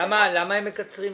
למה הם מקצרים?